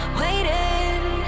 waiting